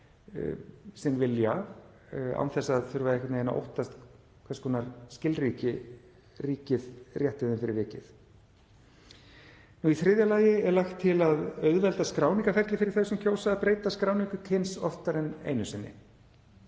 sinn vilja án þess að þurfa einhvern veginn að óttast hvers konar skilríki ríkið rétti því fyrir vikið. Í þriðja lagi er lagt til að auðvelda skráningarferli fyrir þau sem kjósa að breyta skráningu kyns oftar en einu sinni.